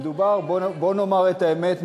בוא נאמר את האמת,